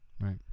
Right